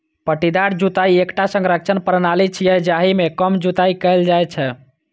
पट्टीदार जुताइ एकटा संरक्षण प्रणाली छियै, जाहि मे कम जुताइ कैल जाइ छै